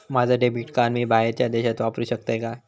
माझा debit card मी बाहेरच्या देशात वापरू शकतय काय?